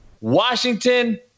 Washington